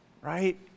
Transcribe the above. Right